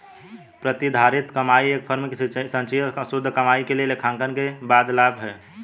प्रतिधारित कमाई एक फर्म की संचयी शुद्ध कमाई के लिए लेखांकन के बाद लाभ है